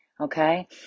okay